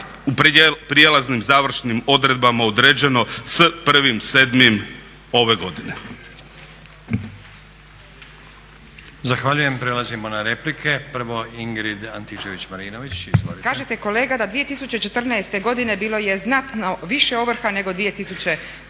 u prijelaznim, završnim odredbama određeno s 1.7. ove godine.